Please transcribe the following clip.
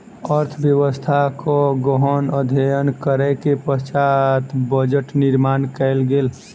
अर्थव्यवस्थाक गहन अध्ययन करै के पश्चात बजट निर्माण कयल गेल